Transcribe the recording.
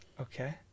Okay